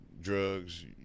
drugs